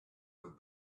with